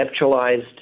conceptualized